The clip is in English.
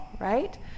right